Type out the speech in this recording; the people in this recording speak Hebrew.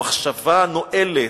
המחשבה הנואלת,